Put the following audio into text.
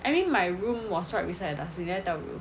I mean my room was right beside the dustbin did I tell you